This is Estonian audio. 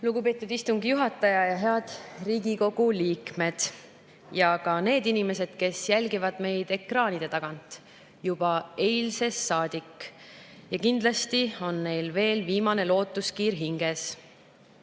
Lugupeetud istungi juhataja! Head Riigikogu liikmed! Ja ka need inimesed, kes jälgivad meid ekraanide tagant juba eilsest saadik! Kindlasti on neil veel viimane lootuskiir hinges,